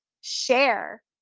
share